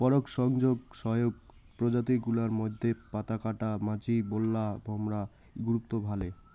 পরাগসংযোগ সহায়ক প্রজাতি গুলার মইধ্যে পাতাকাটা মাছি, বোল্লা, ভোমরা গুরুত্ব ভালে